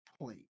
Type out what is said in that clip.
point